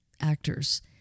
actors